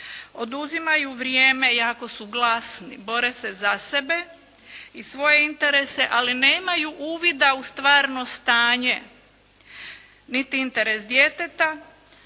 oduzimaju vrijeme i jako su glasni, bore se za sebe i svoje interese, ali nemaju uvida u stvarno stanje niti interes djeteta